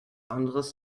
anderes